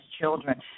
children